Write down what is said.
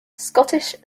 scottish